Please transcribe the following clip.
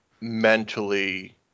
mentally